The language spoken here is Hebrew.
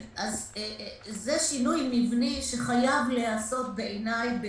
זה שינוי מבני שחייב להיעשות בעיניי במקביל,